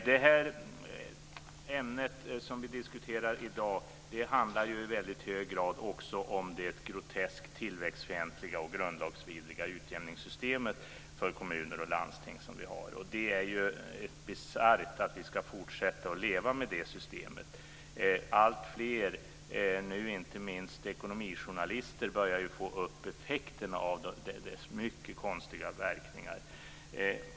Det ämne som vi diskuterar i dag handlar i väldigt hög grad också om det groteskt tillväxtfientliga och grundlagsvidriga utjämningssystem som vi har för kommuner och landsting. Det är bisarrt att vi ska fortsätta att leva med det systemet. Alltfler, nu inte minst ekonomijournalister, börjar få upp ögonen för dess mycket konstiga verkningar.